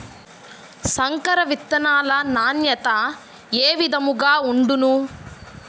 సంకర విత్తనాల నాణ్యత ఏ విధముగా ఉండును?